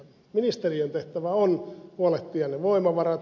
ministeriön tehtävä on huolehtia ne voimavarat